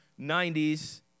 90s